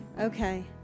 Okay